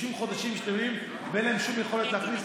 משרד העבודה, משרד הרווחה, נידרש לכל הדבר